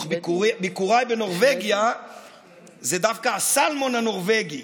אני רוצה להסביר לכם מי זה דיאקוניה: